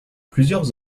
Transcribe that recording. plusieurs